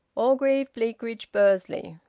orgreave, bleakridge, bursley.